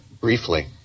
briefly